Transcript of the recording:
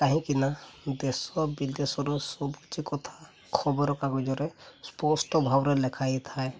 କାହିଁକି ନା ଦେଶ ବିଦେଶର ସବୁକିଛି କଥା ଖବରକାଗଜରେ ସ୍ପଷ୍ଟ ଭାବରେ ଲେଖା ହୋଇଥାଏ